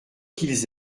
qu’ils